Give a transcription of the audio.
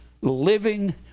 living